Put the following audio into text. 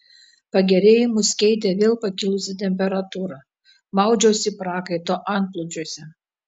pagerėjimus keitė vėl pakilusi temperatūra maudžiausi prakaito antplūdžiuose